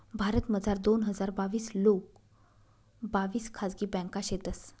भारतमझार दोन हजार बाविस लोंग बाविस खाजगी ब्यांका शेतंस